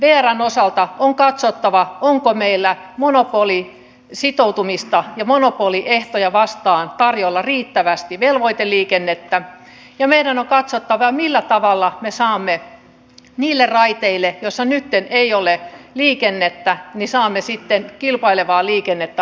vrn osalta on katsottava onko meillä monopolisoitumista ja monopoliehtoja vastaan tarjolla riittävästi velvoiteliikennettä ja meidän on katsottava millä tavalla me saamme niille raiteille joissa nytten ei ole liikennettä sitten kilpailevaa liikennettä aikaiseksi